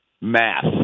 math